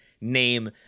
name